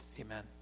Amen